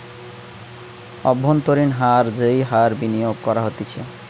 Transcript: অব্ভন্তরীন হার যেই হার বিনিয়োগ করা হতিছে